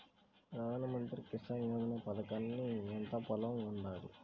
ప్రధాన మంత్రి కిసాన్ యోజన పథకానికి ఎంత పొలం ఉండాలి?